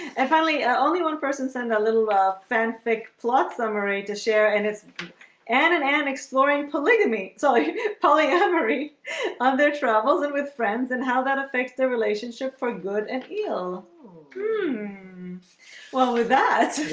and finally only one person send a little ah fanfic plot summary to share and it's an an an exploring polygamy. so polyamory on their travels and with friends and how that affects their relationship for good and ill hmm well with that